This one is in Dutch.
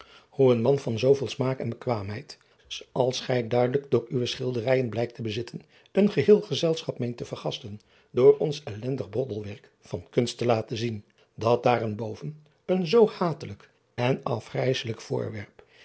een man van zooveel smaak en bekwaamheid als gij duidelijk door uwe schilderijen blijkt te bezitten een driaan oosjes zn et leven van illegonda uisman geheel gezelschap meent te vergasten door ons ellendig broddelwerk van kunst te laten zien dat daarenboven een zoo hatelijk en afgrijsselijk voorwerp